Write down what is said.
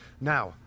Now